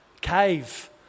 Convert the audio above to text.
Cave